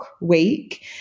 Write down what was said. week